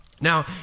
Now